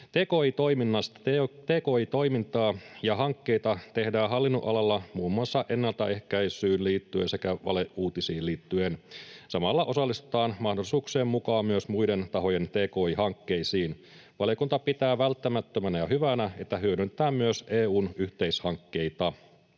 Tki-toimintaa ja -hankkeita tehdään hallinnonalalla muun muassa ennaltaehkäisyyn liittyen sekä valeuutisiin liittyen. Samalla osallistutaan mahdollisuuksien mukaan myös muiden tahojen tki-hankkeisiin. Valiokunta pitää välttämättömänä ja hyvänä, että hyödynnetään myös EU:n yhteishankkeita.